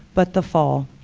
but the fall,